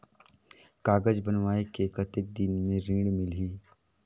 कागज बनवाय के कतेक दिन मे ऋण मिलही?